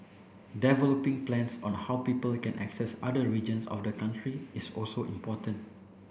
developing plans on how people can access other regions of the country is also important